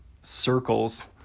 circles